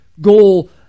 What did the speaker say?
goal